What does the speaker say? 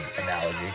analogy